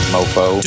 Mofo